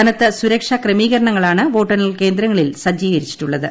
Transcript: കനത്ത സുരക്ഷാ ക്രമീകരണങ്ങളാണ് വോട്ടെണ്ണൽ കേന്ദ്രങ്ങളിൽ സജ്ജീകരിച്ചിട്ടുള്ളത്